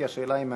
כי השאלה מהדהדת.